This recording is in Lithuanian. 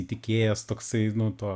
įtikėjęs toksai nu tuo